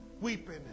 weeping